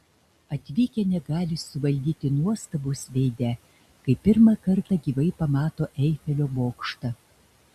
atvykę negali suvaldyti nuostabos veide kai pirmą kartą gyvai pamato eifelio bokštą